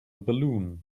balloon